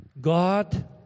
God